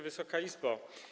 Wysoka Izbo!